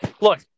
look